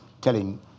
telling